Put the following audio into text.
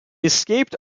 escaped